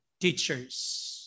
teachers